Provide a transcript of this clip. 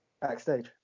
backstage